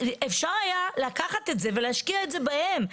אפשר היה לקחת את זה ולהשקיע את זה בהם,